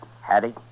Hattie